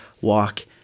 walk